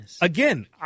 again